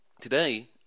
today